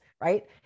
right